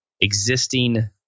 existing